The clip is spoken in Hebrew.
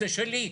זה שלי.